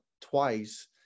twice